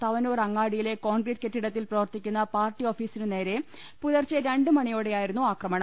തവനൂർ അങ്ങാടിയിലെ കോൺക്രീറ്റ് കെട്ടിടത്തിൽ പ്ര വർത്തിക്കുന്ന പാർട്ടി ഓഫീസിനു നേരെ പുലർച്ചെ രണ്ട് മണിയോടെ യായിരുന്നു ആക്രമണം